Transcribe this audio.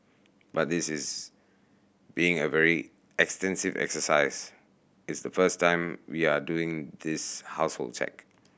but this is being a very extensive exercise it's the first time we are doing this household check